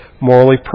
morally